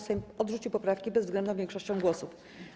Sejm odrzucił poprawki bezwzględną większością głosów.